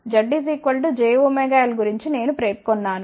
Z jωL గురించి నేనుపేర్కొన్నాను